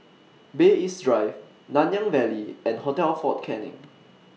Bay East Drive Nanyang Valley and Hotel Fort Canning